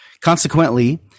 Consequently